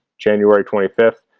january twenty fifth,